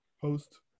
Host